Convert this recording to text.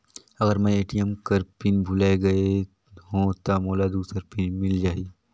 अगर मैं ए.टी.एम कर पिन भुलाये गये हो ता मोला दूसर पिन मिल जाही?